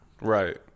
Right